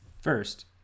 First